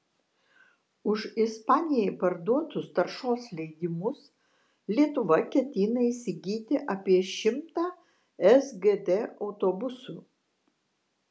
už ispanijai parduotus taršos leidimus lietuva ketina įsigyti apie šimtą sgd autobusų